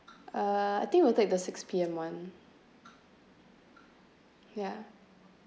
uh I think we'll take the six P_M [one] ya